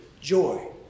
joy